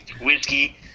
whiskey